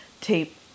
tape